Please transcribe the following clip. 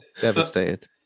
Devastated